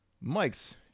Mike's